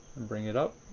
and bring it up.